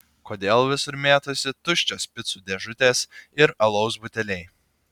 kodėl visur mėtosi tuščios picų dėžutės ir alaus buteliai